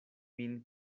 min